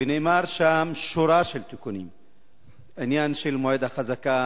ונאמרת שם שורה של תיקונים: עניין מועד החזקה,